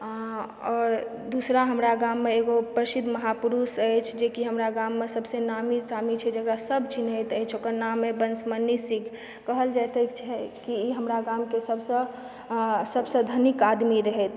अंय और दूसरा हमरा गाममे एगो प्रसिद्ध महापुरुष अछि जे कि हमरा गाममे सबसँ नामी गामी छै जकरा सब चिन्हैत अछि ओकर नाम अछि वंशमणि सिंह कहल जाइत अछि कि ओ हमरा गाम के सबसऽ सबसऽ धनिक आदमी रहैथ